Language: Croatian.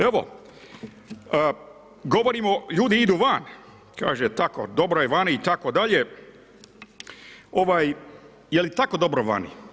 Evo, govorimo ljudi idu van, kaže tako, dobro je vani itd. ovaj, je li tako dobro vani?